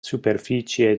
superficie